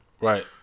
Right